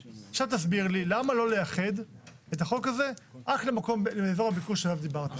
תסביר לי למה לא לאחד את החוק הזה רק לאזור הביקוש שעליו דיברנו.